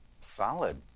Solid